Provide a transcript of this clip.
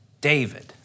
David